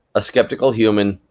a skeptical human,